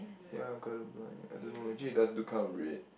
ya I'm color blind like I don't know actually it does look like kind of red